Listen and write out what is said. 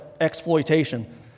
exploitation